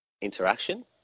interaction